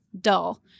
dull